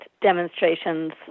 demonstrations